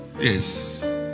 Yes